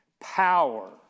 power